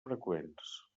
freqüents